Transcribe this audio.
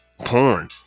porn